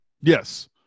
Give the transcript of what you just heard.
Yes